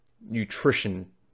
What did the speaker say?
nutrition